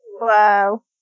Wow